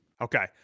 Okay